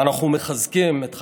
ואנחנו מחזקים את חיילינו,